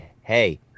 hey